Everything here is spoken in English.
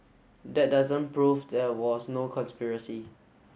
that doesn't prove there was no conspiracy